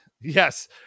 yes